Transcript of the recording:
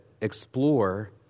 explore